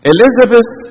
Elizabeth